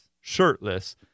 shirtless